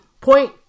point